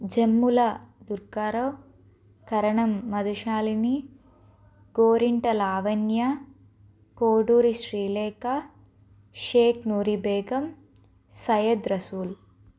Jammula Durgarao Karanam Madhushalini Gorinta Lavanya Koduri Srilekha Sheikh Nooribegum Syed Rasool